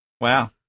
Wow